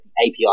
API